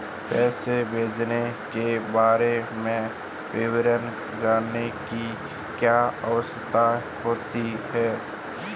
पैसे भेजने के बारे में विवरण जानने की क्या आवश्यकता होती है?